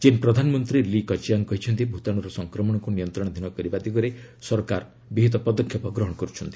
ଚୀନ୍ ପ୍ରଧାନମନ୍ତ୍ରୀ Li Keqiang କହିଛନ୍ତି ଭୂତାଣ୍ରର ସଂକ୍ରମଣକୁ ନିୟନ୍ତ୍ରଣାଧୀନ କରିବା ଦିଗରେ ସରକା ବିହିତ ପଦକ୍ଷେପ ଗ୍ରହଣ କରୁଛନ୍ତି